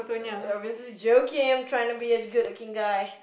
I'm obviously joking I'm tryna be a good looking guy